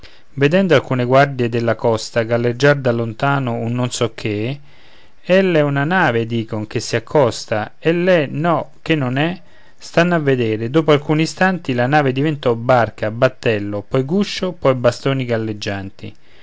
vedendo alcune guardie della costa galleggiar da lontano un non so che ell'è una nave dicon che si accosta ell'è no che non è stanno a vedere e dopo alcuni istanti la nave diventò barca battello poi guscio poi bastoni galleggianti